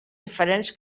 diferents